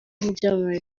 n’ibyamamare